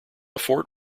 fort